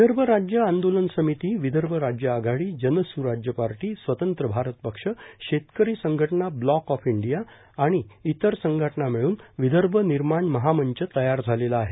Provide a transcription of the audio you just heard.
विदर्भ राज्य आंदोलन समिती विदर्भ राज्य आघाडी जनस्राज्य party Swatantra Bharat Paksha Shetkari Sanghatana block of India आणि इतर संघटना मिळून विदर्भ निर्माण महामंच तयार झालेला आहे